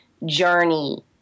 Journey